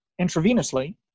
intravenously